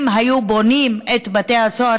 אם היו בונים את בתי הסוהר